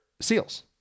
SEALs